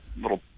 little